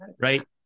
right